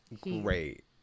great